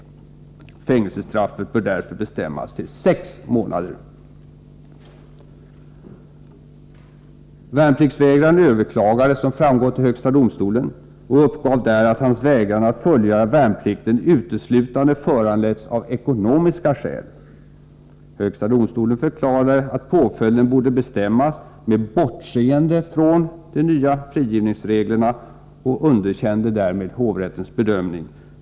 Fängelsestraffet bör därför bestämmas till sex månader.” Värnpliktsvägraren överklagade som framgått till högsta domstolen och uppgav där, att hans vägran att fullgöra värnplikten uteslutande föranletts av ekonomiska skäl. HD förklarade att påföljden borde bestämmas med bortseende från de nya frigivningsreglerna och underkände därmed hovrättens bedömning.